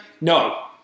No